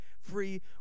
free